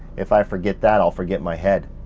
if i forget that, i'll forget my head.